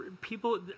people